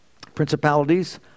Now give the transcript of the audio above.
principalities